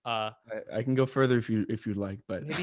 um i can go further if you, if you'd like, but